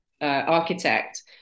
architect